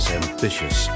ambitious